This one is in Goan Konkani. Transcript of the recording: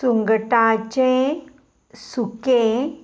सुंगटाचें सुकें